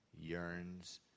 yearns